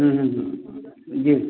जी